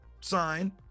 sign